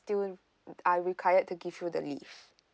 are required to give you the leave